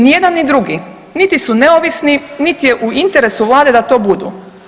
Ni jedan ni drugi niti su neovisni, niti je u interesu vlade da to budu.